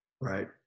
Right